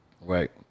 Right